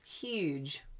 huge